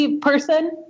person